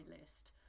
list